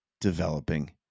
developing